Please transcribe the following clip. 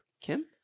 Kim